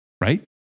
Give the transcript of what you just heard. right